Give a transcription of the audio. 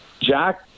Jack